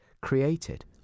created